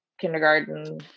kindergarten